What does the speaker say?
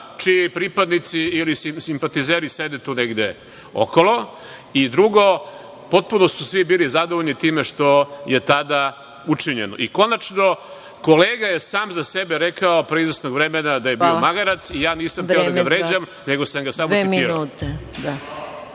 čiji pripadnici ili simpatizeri sede tu negde okolo. I drugo, potpuno su svi bili zadovoljni time što je tada učinjeno. Konačno, kolega je sam za sebe rekao pre izvesnog vremena da je bio magarac. Ja nisam hteo da ga vređam, nego sam ga samo citirao.